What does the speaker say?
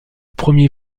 premier